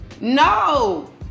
No